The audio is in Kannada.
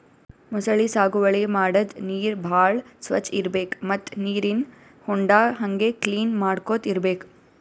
ಮೊಸಳಿ ಸಾಗುವಳಿ ಮಾಡದ್ದ್ ನೀರ್ ಭಾಳ್ ಸ್ವಚ್ಚ್ ಇರ್ಬೆಕ್ ಮತ್ತ್ ನೀರಿನ್ ಹೊಂಡಾ ಹಂಗೆ ಕ್ಲೀನ್ ಮಾಡ್ಕೊತ್ ಇರ್ಬೆಕ್